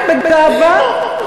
כן, בגאווה.